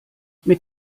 mit